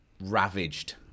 ravaged